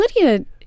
Lydia